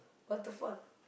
waterfall